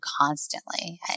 constantly